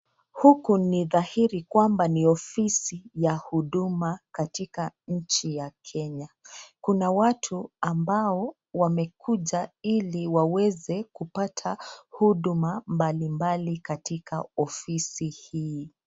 Huku ni dhahiri kwamba ni ofisi ya huduma katika nchi ya Kenya. Kuna watu ambao wamekuja iliwaweze kupata huduma mbalimbali katika ofisi hii.